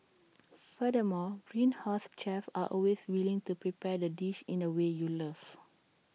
furthermore Greenhouse's chefs are always willing to prepare the dish in the way you love